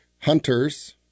hunters